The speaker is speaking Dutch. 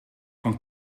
van